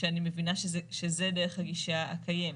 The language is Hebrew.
שאני מבינה שזה דרך הגישה הקיימת.